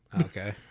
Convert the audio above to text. okay